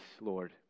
Lord